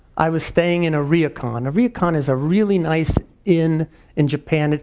i was staying in a ryokan. a ryokan is a really nice inn in japan.